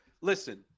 listen